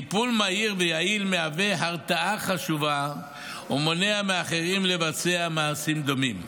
טיפול מהיר ויעיל מהווה הרתעה חשובה ומונע מאחרים לבצע מעשים דומים.